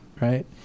Right